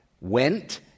went